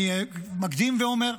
אני מקדים ואומר: